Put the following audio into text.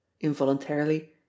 Involuntarily